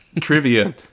trivia